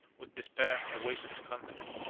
with despair, a wasted country,